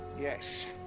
Yes